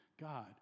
God